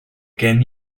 gen